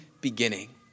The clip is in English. beginning